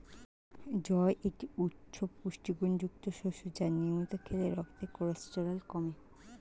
জই একটি উচ্চ পুষ্টিগুণযুক্ত শস্য যা নিয়মিত খেলে রক্তের কোলেস্টেরল কমে